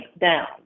down